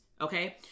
okay